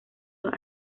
los